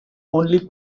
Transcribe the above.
only